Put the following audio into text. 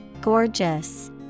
Gorgeous